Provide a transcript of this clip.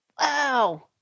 wow